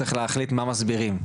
צריך להחליט מה מסבירים.